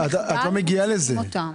את לא מגיעה לזה.